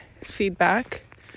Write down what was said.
feedback